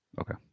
Okay